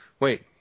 wait